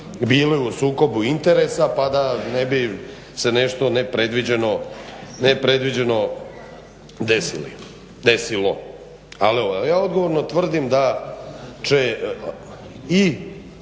bili u sukobu interesa pa da ne bi se nešto nepredviđeno desilo. Ali evo ja odgovorno tvrdim da će i